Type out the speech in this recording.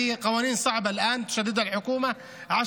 אלו חוקים קשים שהממשלה עכשיו מחמירה,